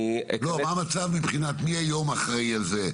מה המצב מבחינת: מי אחראי על זה היום,